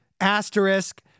asterisk